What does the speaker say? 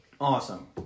Awesome